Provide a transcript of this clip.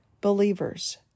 believers